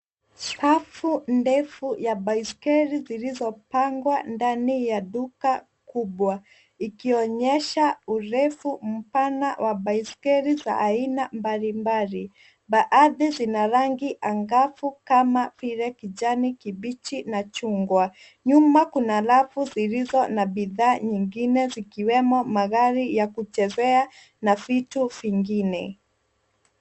Safu ndefu ya baiskeli zilizopangwa ndani ya duka kubwa ikionyesha urefu mpana wa baiskeli za aina mbalimbali, baadhi zina rangi angavu kama vile kijani kibichi na chungwa. Nyuma kuna rafu zilizo na bidhaa nyingine zikiwemo magari ya kuchezea na vitu vingine.